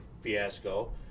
fiasco